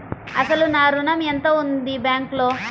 అసలు నా ఋణం ఎంతవుంది బ్యాంక్లో?